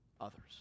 others